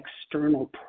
external